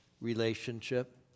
relationship